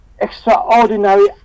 extraordinary